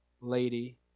lady